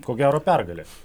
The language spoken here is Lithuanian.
ko gero pergalė